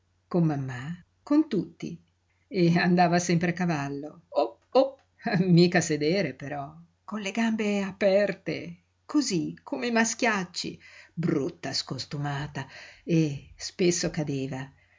con mammà con tutti e andava sempre a cavallo op op mica a sedere però con le gambe aperte cosí come i maschiacci brutta scostumata e spesso cadeva